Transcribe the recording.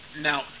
Now